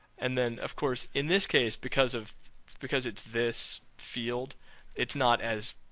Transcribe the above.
and then of course, in this case because of because it's this field it's not as